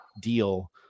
deal